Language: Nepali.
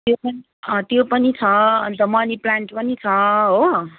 त्यो पनि त्यो पनि छ अन्त मनि प्लान्ट पनि छ हो